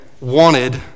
wanted